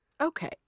Okay